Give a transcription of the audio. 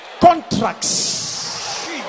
Contracts